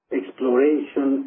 exploration